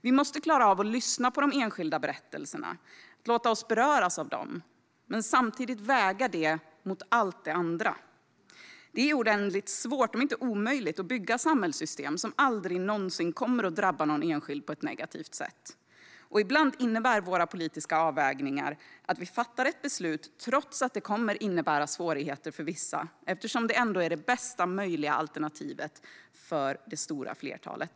Vi måste klara av att lyssna på de enskilda berättelserna och låta oss beröras av dem men samtidigt väga detta mot allt det andra. Det är oändligt svårt, om inte omöjligt, att bygga samhällssystem som aldrig någonsin kommer att drabba någon enskild på ett negativt sätt. Ibland innebär våra politiska avvägningar att vi fattar ett beslut trots att det kommer att innebära svårigheter för vissa, eftersom det ändå är det bästa möjliga alternativet för det stora flertalet.